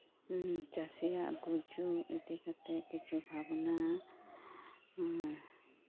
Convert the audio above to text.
ᱪᱟᱥᱤᱭᱟᱜ ᱜᱩᱢᱪᱩᱢ ᱤᱫᱤᱠᱟᱛᱮᱜ ᱠᱤᱪᱷᱩ ᱵᱷᱟᱵᱱᱟ